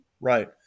Right